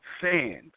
sand